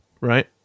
Right